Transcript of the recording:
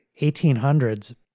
1800s